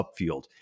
upfield